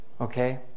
Okay